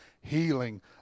healing